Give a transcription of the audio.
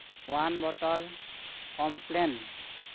one ᱵᱚᱴᱚᱞ complain